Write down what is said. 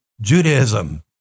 Judaism